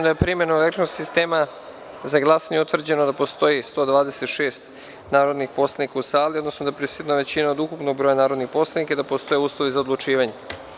da je primenom elektronskog sistema za glasanje utvrđeno da je u sali prisutno 126 narodnih poslanika, odnosno da je prisutna većina od ukupnog broja narodnih poslanika i da, prema tome, postoje uslovi za odlučivanje.